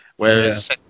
Whereas